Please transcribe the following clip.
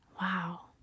Wow